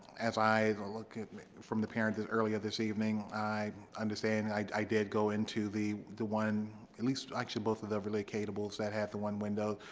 as i look, from the parent that earlier this evening, i understand. i did go into the the one, at least, actually, both of the relocatables that have the one window.